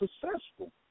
successful